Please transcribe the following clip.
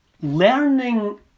Learning